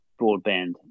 broadband